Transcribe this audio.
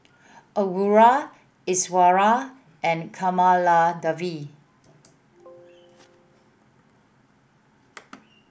Aruna Iswaran and Kamaladevi